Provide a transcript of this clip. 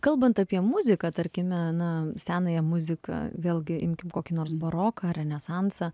kalbant apie muziką tarkime aną senąją muziką vėlgi imkim kokį nors baroką renesansą